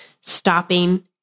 stopping